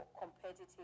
competitive